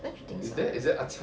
don't you think so